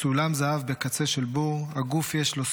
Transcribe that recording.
/ סולם זהב בקצה של בור / הגוף יש לו סוף,